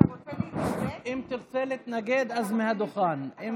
אם תרצה להתנגד, מהדוכן.